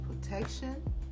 protection